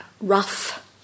rough